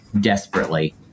desperately